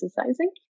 exercising